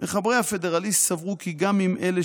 --- מחברי הפדרליסט סברו כי גם אם אלה